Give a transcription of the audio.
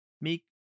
make